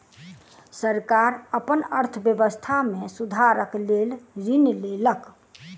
सरकार अपन अर्थव्यवस्था में सुधारक लेल ऋण लेलक